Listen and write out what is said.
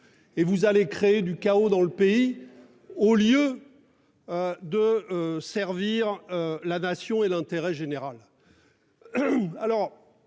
Et vous allez créer du chaos dans le pays au lieu. De servir la nation et l'intérêt général.